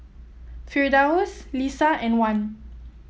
Firdaus Lisa and Wan